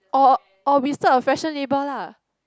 or or we start a fashion label lah